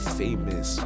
famous